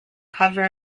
cover